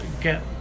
get